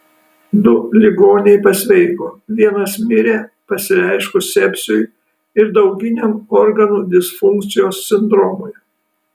du ligoniai pasveiko vienas mirė pasireiškus sepsiui ir dauginiam organų disfunkcijos sindromui